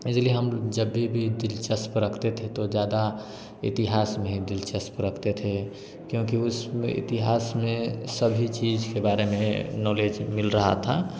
इसलिए हम जब भी भी दिलचस्प रखते थे तो ज़्यादा इतिहास में ही दिलचस्प रखते थे क्योंकि उसमें इतिहास में सभी चीज के बारे में नॉलेज मिल रहा था